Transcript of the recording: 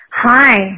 Hi